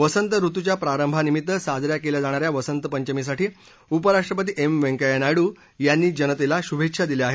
वसंत ऋतुच्या प्रारंभानिमित्त साजरा केल्या जाणा या वसंत पंचमीसाठी उपराष्ट्रपती एम व्यंकय्या नायडू यांनी जनतेला शुभेच्छा दिल्या आहेत